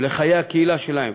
שלהם ולחיי הקהילה שלהם,